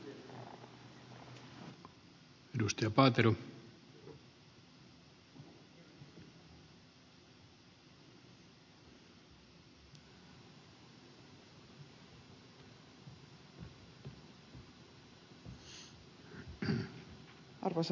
arvoisa herra puhemies